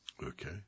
Okay